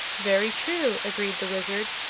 very true, agreed the wizard.